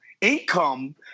income